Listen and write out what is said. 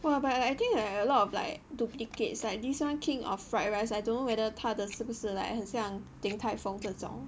!wah! but I think a lot of like duplicates like this one king of fried rice I don't whether 它的是不是 like 很像鼎泰丰这种